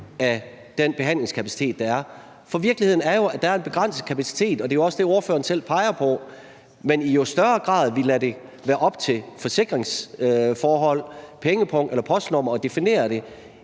af den behandlingskapacitet, der er. For virkeligheden er jo, at der er en begrænset kapacitet, og det er også det, ordføreren selv peger på. Men i jo større grad vi lader det være op til forsikringsforhold, pengepung eller postnummer at definere det,